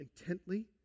intently